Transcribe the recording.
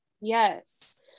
Yes